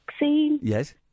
Yes